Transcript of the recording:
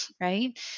right